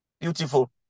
Beautiful